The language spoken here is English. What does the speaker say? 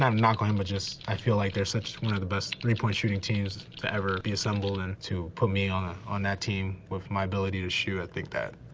um knock on him, just i feel like they're just one of the best three point shooting teams to ever be assembled and to put me on on that team with my ability to shoot, i think that,